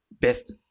best